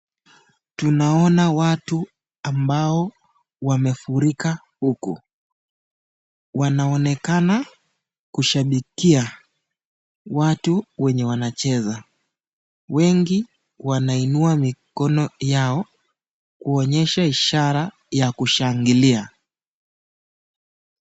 Tunaona watu ambao wamefurika huku. Wanaonekana kushabikia watu wenye wanacheza wengi wanainua mikono yao kuonyesha ishara ya kushangilia.